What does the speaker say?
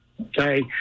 Okay